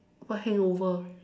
what hangover